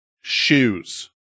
shoes